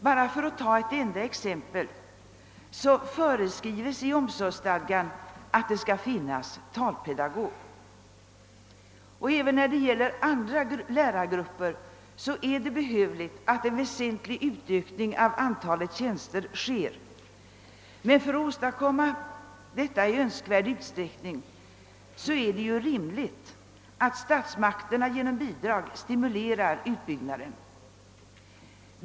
Bara för att ta ett enda exempel vill jag nämna att omsorgsstadgan föreskriver att det skall finnas talpedagog. Även när det gäller andra lärargrupper behövs en väsentlig utökning av antalet tjänster. Men för att åstadkomma detta i önskvärd utsträckning är det ju rimligt att statsmakterna genom bidrag stimulerar utbyggnaden.